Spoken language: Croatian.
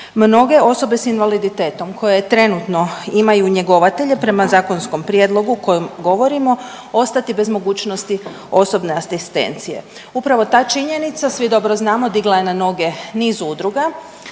mnoge osobe s invaliditetom koje trenutno imaju njegovatelje prema zakonskom prijedlogu o kojem govorimo ostati bez mogućnosti osobne asistencije. Upravo ta činjenica svi dobro znamo digla je na noge niz udruga,